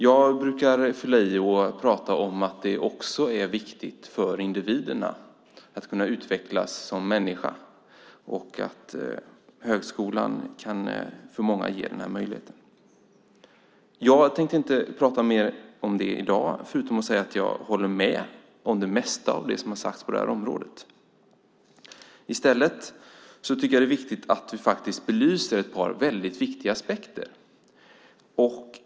Jag brukar fylla i och prata om att det också är viktigt för individerna att kunna utvecklas som människor. Högskolan kan ge många den möjligheten. Jag tänkte inte prata mer om det i dag förutom att säga att jag håller med om det mesta av det som har sagts på det området. I stället tycker jag att det är viktigt att vi belyser ett par aspekter.